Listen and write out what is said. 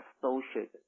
associated